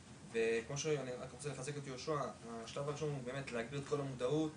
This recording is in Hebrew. כמו שאמר יהושע, בשלב הראשון יש להגביר את המודעות